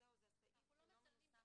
זה לא בחוק,